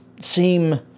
seem